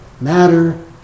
matter